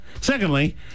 Secondly